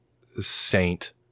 saint